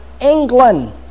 England